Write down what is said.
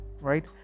right